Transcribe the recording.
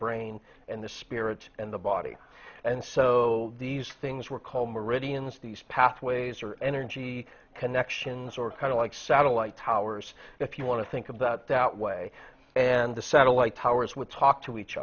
brain and the spirit and the body and so these things were called meridians these pathways are energy connections or kind of like satellite towers if you want to think about that way and the satellite towers would talk to each